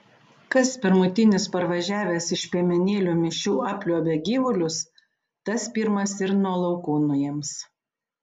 kas pirmutinis parvažiavęs iš piemenėlių mišių apliuobia gyvulius tas pirmas ir nuo laukų nuims